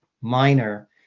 minor